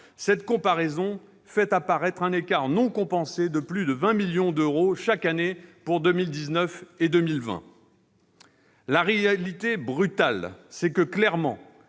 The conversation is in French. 2024 », fait apparaître un écart non compensé de plus de 20 millions d'euros, chaque année, pour 2019 et 2020. La réalité brutale, c'est que les